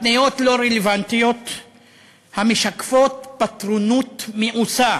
התניות לא רלוונטיות המשקפות פטרונות מאוסה,